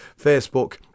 Facebook